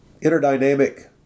interdynamic